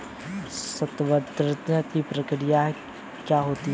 संवितरण की प्रक्रिया क्या होती है?